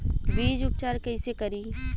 बीज उपचार कईसे करी?